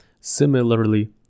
similarly